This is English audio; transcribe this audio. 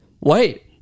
Wait